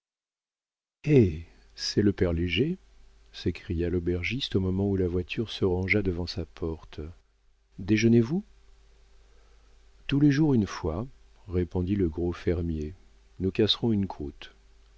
c'est le père léger s'écria l'aubergiste au moment où la voiture se rangea devant sa porte déjeunez vous tous les jours une fois répondit le gros fermier nous casserons une croûte